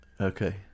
Okay